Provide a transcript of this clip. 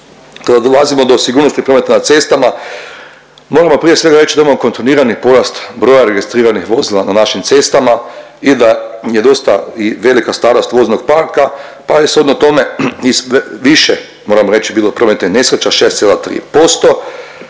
To dolazimo do sigurnosti prometa na cestama, moramo prije svega reći da imamo kontinuirani porast broja registriranih vozila na našim cestama i da je dosta i velika starost voznog parka pa je shodno tome i više, moramo reći, bilo prometnih nesreća, 6,3%,